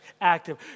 active